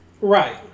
Right